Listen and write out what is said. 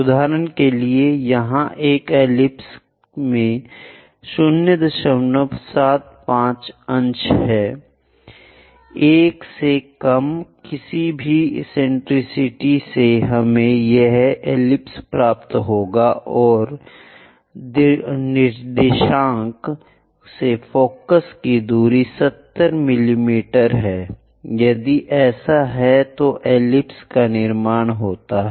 उदाहरण के लिए यहां एक एलिप्स में 075 अंश है 1 से कम किसी भी एसेंटेरिसिटी से हमें यह एलिप्स प्राप्त होगा और निर्देशांक से फोकस की दूरी 70 मिमी है यदि ऐसा है तो एलिप्स का निर्माण होता है